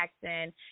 Jackson